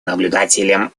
наблюдателем